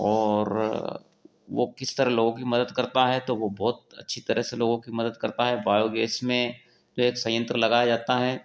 और वो किस तरह लोगों की मदद करता है तो वो बहुत अच्छी तरह से लोगों की मदद करता है बायो गैस में एक संयंत्र लगाया जाता है